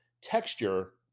texture